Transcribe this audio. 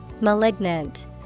Malignant